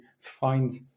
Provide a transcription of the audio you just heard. find